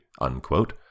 unquote